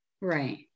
Right